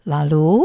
Lalu